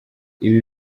ibi